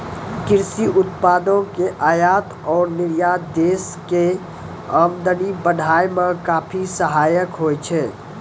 कृषि उत्पादों के आयात और निर्यात देश के आमदनी बढ़ाय मॅ काफी सहायक होय छै